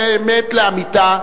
זה אמת לאמיתה.